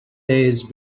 days